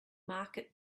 market